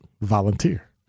volunteer